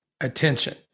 attention